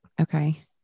Okay